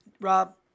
Rob